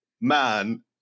man